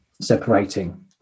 separating